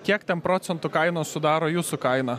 kiek ten procentų kainos sudaro jūsų kaina